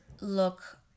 look